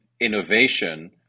innovation